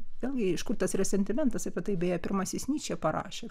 vėlgi iš kur tas resentimentas apie tai beje pirmasis nyčė parašė